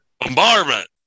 Bombardment